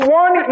one